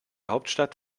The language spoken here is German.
hauptstadt